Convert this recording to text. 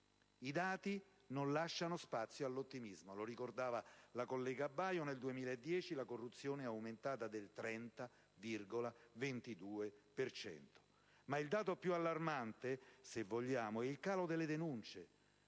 I dati non lasciano spazio all'ottimismo, come ricordato dalla collega Baio: nel 2010 la corruzione è aumentata del 30,22 per cento. Ma il dato più allarmante, se vogliamo, è il calo delle denuncie,